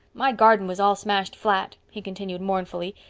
my garden was all smashed flat, he continued mournfully,